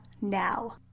now